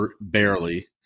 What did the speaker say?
barely